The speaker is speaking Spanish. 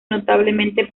notablemente